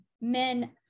men